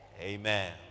Amen